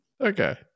okay